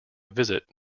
visit